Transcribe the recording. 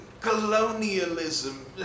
Colonialism